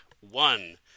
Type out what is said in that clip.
one